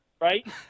right